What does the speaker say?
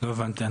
לא הבנתי.